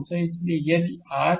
इसलिए यदि यह r